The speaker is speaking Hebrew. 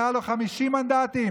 היו לו 50 מנדטים,